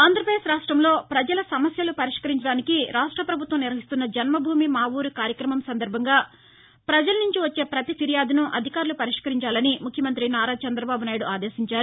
ఆంధ్రప్రదేశ్ రాష్టంలో ప్రజల సమస్యలు పరిష్కరించడానికి రాష్ట ప్రభుత్వం నిర్వహిస్తున్న జన్మభూమి మా ఊరు కార్యక్రమం సందర్భంగా ప్రజల నుండి వచ్చే పతి ఫిర్యాదును అధికారులు పరిష్కరించాలని ముఖ్యమంత్రి నారా చంద్రబాబు నాయుడు ఆదేశించారు